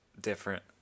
different